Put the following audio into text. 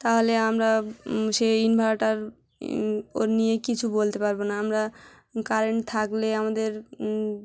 তাহলে আমরা সেই ইনভার্টার ওর নিয়ে কিছু বলতে পারবো না আমরা কারেন্ট থাকলে আমাদের